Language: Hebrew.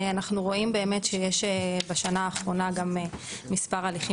אנחנו רואים שיש באמת בשנה האחרונה גם מספר הליכים